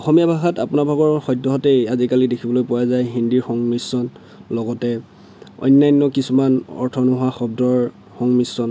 অসমীয়া ভাষাত আপোনালোকে সদ্যহতে আজিকালি দেখিবলৈ পোৱা যায় হিন্দীৰ সংমিশ্ৰণ লগতে অন্যান্য কিছুমান অৰ্থ নোহোৱা শব্দৰ সংমিশ্ৰণ